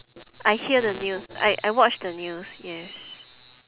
I hear the news I I watch the news yes